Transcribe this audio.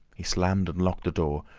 he slammed and locked the door,